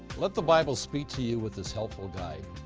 let the bible speak to you with this helpful guide.